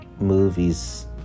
movies